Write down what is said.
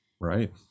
Right